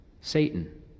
Satan